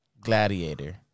Gladiator